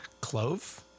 clove